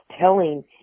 telling